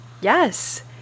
yes